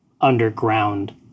underground